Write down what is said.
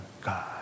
God